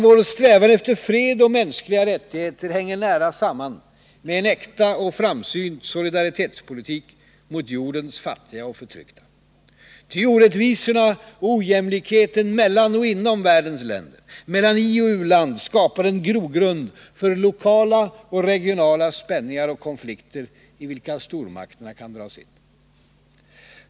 Vår strävan efter fred och mänskliga rättigheter hänger nära samman med en äkta och framsynt solidaritetspolitik i förhållande till jordens fattiga och förtryckta. Ty orättvisorna och ojämlikheten mellan och inom världens länder, mellan ioch u-land, skapar en grogrund för lokala och regionala spänningar och konflikter, i vilka stormakterna kan dras in.